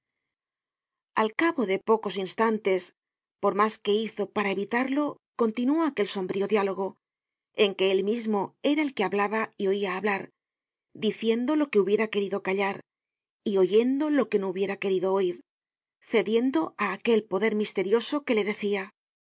al cabo de pocos instantes por mas que hizo para evitarlo continuó aquel sombrío diálogo en que él mismo era el que hablaba y oia hablar diciendo lo que hubiera querido callar y oyendo lo que no hubiera querido oir cediendo á aquel poder misterioso que le decia